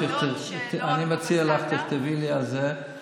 אנחנו צריכים לנושא שעל סדר-היום.